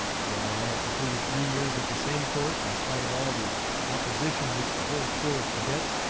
while i had completed three years of the same course in spite of all the opposition which the whole corps of cadets,